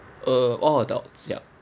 uh all adults yup